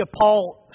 Paul